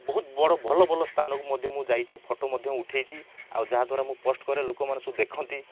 ବହୁତ ବଡ଼ ବହୁତ ଭଲ ଭଲ ସ୍ଥାନକୁ ମଧ୍ୟ ମୁଁ ଯାଇଛି ଫଟୋ ମଧ୍ୟ ଉଠାଇଛି ଆଉ ଯାହାଦ୍ୱାରା ମୁଁ ପୋଷ୍ଟ କରେ ଲୋକମାନେ ଦେଖନ୍ତି